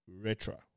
Retra